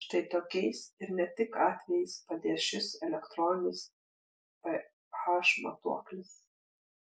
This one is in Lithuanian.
štai tokiais ir ne tik atvejais padės šis elektroninis ph matuoklis